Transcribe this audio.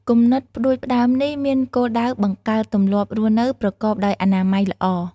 គំនិតផ្តួចផ្តើមនេះមានគោលដៅបង្កើតទម្លាប់រស់នៅប្រកបដោយអនាម័យល្អ។